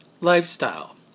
lifestyle